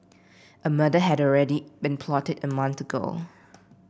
a murder had already been plotted a month ago